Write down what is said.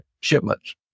shipments